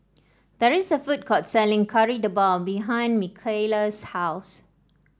there is a food court selling Kari Debal behind Mikaila's house